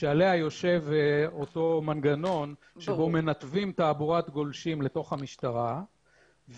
שעליה יושב אותו מנגנון בו מנתבים תעבורת גולשים לתוך המשטרה.